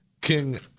King